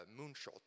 Moonshot